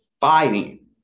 fighting